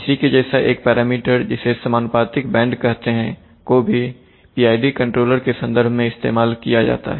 इसी के जैसा एक पैरामीटर जिसे समानुपातिक बैंड कहते हैं को भी PID कंट्रोलर के संदर्भ में इस्तेमाल किया जाता है